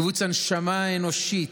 כיווץ הנשמה האנושית.